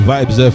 Vibes